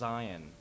Zion